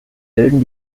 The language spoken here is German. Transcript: bilden